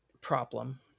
problem